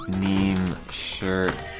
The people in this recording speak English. meem shirts